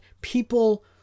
people